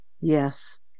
Yes